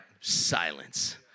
Silence